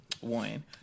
One